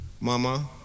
Mama